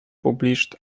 published